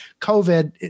COVID